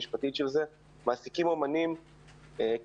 המשפטית של זה מעסיקים אומנים כפרילנסרים,